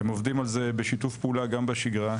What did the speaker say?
הם עובדים על זה בשיתוף פעולה גם בשגרה,